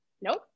Nope